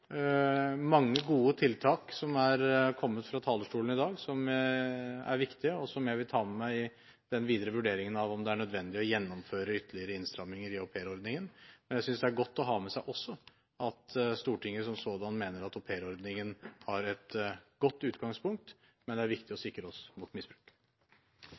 mange gode tiltak som er kommet fra talerstolen i dag, som er viktige, og som jeg vil ta med meg i den videre vurderingen av om det er nødvendig å gjennomføre ytterligere innstramminger i aupairordningen. Jeg synes det er godt å ha med seg også at Stortinget som sådan mener at aupairordningen har et godt utgangspunkt. Men det er viktig å sikre oss mot misbruk.